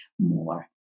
more